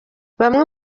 bamwe